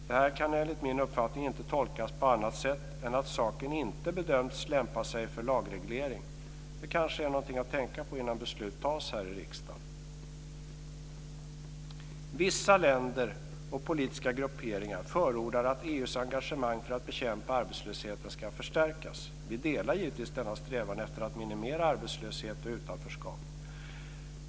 Detta kan enligt min uppfattning inte tolkas på annat sätt än att saken inte bedöms lämpa sig för lagreglering. Det kanske är någonting att tänka på innan beslut fattas här i riksdagen. Vissa länder och politiska grupperingar förordar att EU:s engagemang för att bekämpa arbetslösheten ska förstärkas. Vi delar givetvis denna strävan efter att minimera arbetslöshet och utanförskap.